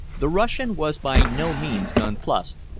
the russian was by no means nonplused,